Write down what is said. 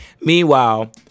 Meanwhile